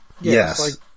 Yes